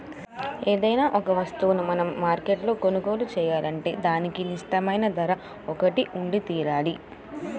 ఏదైనా ఒక వస్తువును మనం మార్కెట్లో కొనుగోలు చేయాలంటే దానికి నిర్దిష్టమైన ధర ఒకటి ఉండితీరాలి